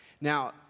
Now